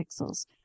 pixels